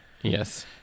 Yes